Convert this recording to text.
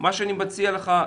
מה שאני מציע לך,